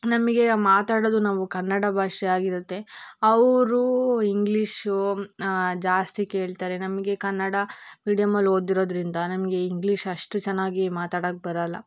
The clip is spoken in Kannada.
ನಮಗೆ ಮಾತಾಡೋದು ನಾವು ಕನ್ನಡ ಭಾಷೆ ಆಗಿರುತ್ತೆ ಅವರು ಇಂಗ್ಲೀಷು ಜಾಸ್ತಿ ಕೇಳ್ತಾರೆ ನಮಗೆ ಕನ್ನಡ ಮೀಡಿಯಮಲ್ಲಿ ಓದಿರೋದರಿಂದ ನಮಗೆ ಇಂಗ್ಲೀಷ್ ಅಷ್ಟು ಚೆನ್ನಾಗಿ ಮಾತಾಡೋಕ್ ಬರೋಲ್ಲ